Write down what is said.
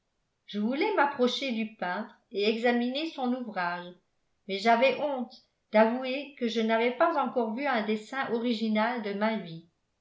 je voulais m'approcher du peintre et examiner son ouvrage mais j'avais honte d'avouer que je n'avais pas encore vu un dessin original de ma vie